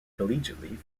collegiately